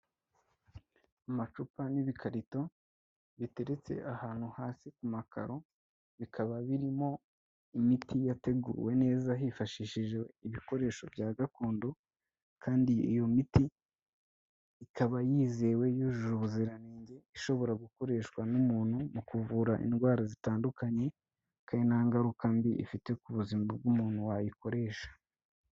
Amacupa n'ibikarito biteretse ahantu hasi ku makaro bikaba birimo imiti yateguwe neza hifashishijwe ibikoresho bya gakondo, kandi iyo miti ikaba yizewe yujuje ubuziranenge ishobora gukoreshwa n'umuntu mu kuvura indwara zitandukanye kandi nta ngaruka mbi ifite ku buzima bw'umuntu wayikoresha.